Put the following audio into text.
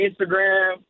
Instagram